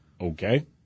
Okay